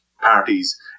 parties